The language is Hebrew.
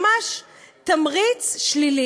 ממש תמריץ שלילי.